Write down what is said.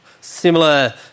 similar